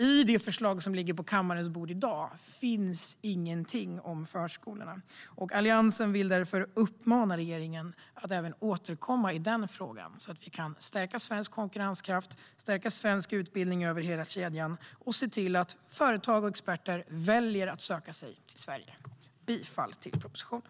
I det förslag som ligger på kammarens bord i dag finns det ingenting om förskolorna. Alliansen vill därför uppmana regeringen att återkomma i den frågan, så att vi kan stärka svensk konkurrenskraft, stärka svensk utbildning över hela kedjan och se till att företag och experter väljer att söka sig till Sverige. Jag yrkar bifall till propositionen.